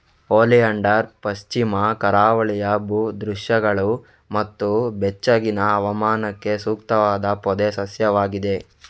oleander ಪಶ್ಚಿಮ ಕರಾವಳಿಯ ಭೂ ದೃಶ್ಯಗಳು ಮತ್ತು ಬೆಚ್ಚಗಿನ ಹವಾಮಾನಕ್ಕೆ ಸೂಕ್ತವಾದ ಪೊದೆ ಸಸ್ಯವಾಗಿದೆ